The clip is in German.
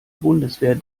bundeswehr